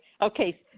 Okay